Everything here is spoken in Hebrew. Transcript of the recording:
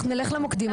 אנחנו נלך למוקדים,